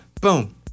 boom